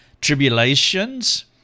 tribulations